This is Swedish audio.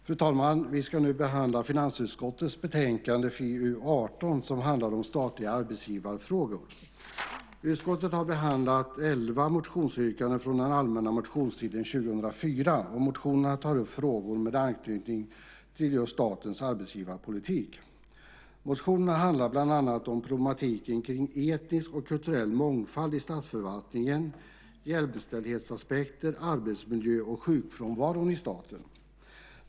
Fru talman! Vi ska nu behandla finansutskottets betänkande FiU18, som handlar om statliga arbetsgivarfrågor. Utskottet har behandlat elva motionsyrkanden från den allmänna motionstiden 2004. Motionerna tar upp frågor med anknytning till statens arbetsgivarpolitik. Det handlar bland annat om problematiken kring etisk och kulturell mångfald i statsförvaltningen, jämställdhetsaspekter, arbetsmiljön och sjukfrånvaron i staten.